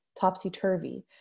topsy-turvy